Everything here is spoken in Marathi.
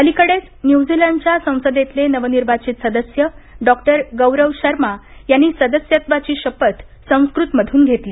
अलिकडेच न्यूझिलंडच्या संसदेतले नवनिर्वाचित सदस्य डॉक्टर गौरव शर्मा यांनी सदस्यत्वाची शपथ संस्कृतमधून घेतली